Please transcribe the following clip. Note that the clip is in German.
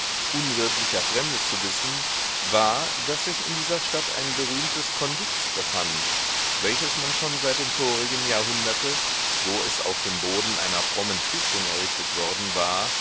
unwirtlicher fremde zu wissen war daß sich in dieser stadt ein berühmtes konvikt befand welches man schon seit dem vorigen jahrhunderte wo es auf dem boden einer frommen stiftung errichtet worden war